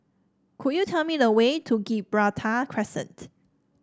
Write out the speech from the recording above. could you tell me the way to Gibraltar Crescent